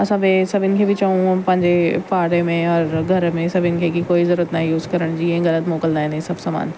असां ॿिए सभिनि खे बि चऊं पंहिंजे पाड़े में और घर में सभिनि खे कोई ज़रूरत न आहे यूज करण जी ऐं ग़लति मोकिलींदा आहिनि हे सभु सामानु